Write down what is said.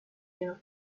you